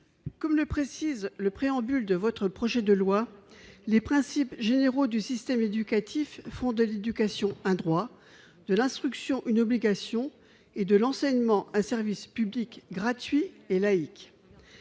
Comme le précise l'exposé des motifs de votre projet de loi, monsieur le ministre, « les principes généraux du système éducatif font de l'éducation un droit, de l'instruction une obligation et de l'enseignement un service public gratuit et laïque.